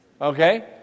okay